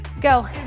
Go